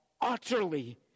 utterly